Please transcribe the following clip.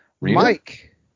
Mike